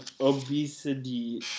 obesity